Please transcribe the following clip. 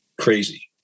crazy